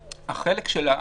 טכנית.